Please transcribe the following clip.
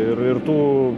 ir ir tų